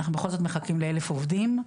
אנחנו בכל זאת מחכים ל-1,000 עובדים,